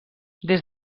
des